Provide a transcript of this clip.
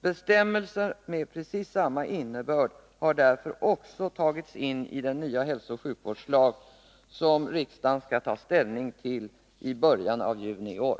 Bestämmelser med precis samma innebörd har därför också tagits in i den nya hälsooch sjukvårdslag som riksdagen skall ta ställning till i början av juni i år.